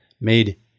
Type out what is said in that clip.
made